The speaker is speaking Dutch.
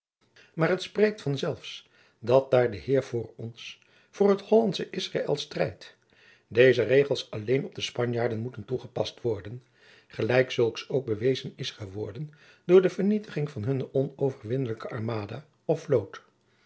maar het spreekt van zelfs dat daar de heere voor ons voor het hollandsch israël strijdt deze regels alleen op de spanjaarden moeten toegepast jacob van lennep de pleegzoon worden gelijk zulks ook bewezen is geworden door de vernietiging van hunne onverwinnelijke armada of vloot